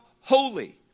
holy